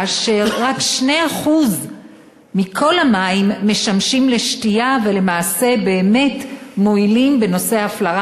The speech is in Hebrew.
כאשר רק 2% מכל המים משמשים לשתייה ולמעשה באמת מועילים בנושא ההפלרה.